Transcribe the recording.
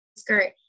skirt